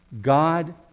God